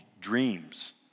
dreams